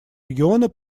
региона